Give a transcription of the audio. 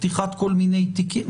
פתיחת כל מיני תיקים,